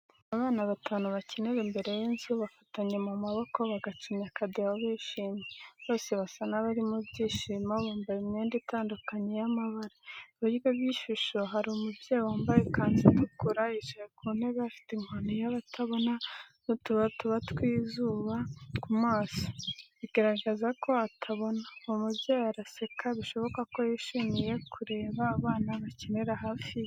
Bana batanu bakinira imbere y'inzu, bafatanye mu maboko bagacinya akadiho bishimye. Bose basa n'abari mu byishimo, bambaye imyenda itandukanye y'amabara. Iburyo bw’ishusho hari umubyeyi wambaye ikanzu itukura, yicaye ku ntebe afite inkoni y’abatabona n’utubatubatuba tw’izuba ku maso, bigaragaza ko atabona. Uwo mubyeyi araseka, bishoboka ko yishimiye kureba abana bakinira hafi ye.